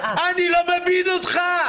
אני לא מבין אותך.